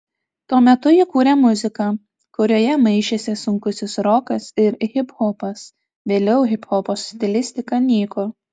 tuo metu ji kūrė muziką kurioje maišėsi sunkusis rokas ir hiphopas vėliau hiphopo stilistika nyko